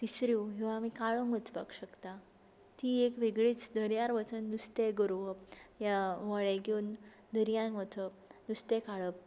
तिसऱ्यो ह्यो आमी काळोंक वचपाक शकता ती एक वेगळीच दर्यार वचोन नुस्तें गरोवप या व्हडें घेवन दर्यांत वचप नुस्तें काडप